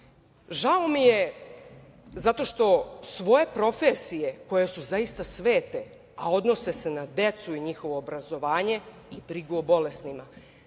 Žao mi je što svoje profesije, koje su zaista svete, a odnose se na decu i njihovo obrazovanje i brigu o bolestima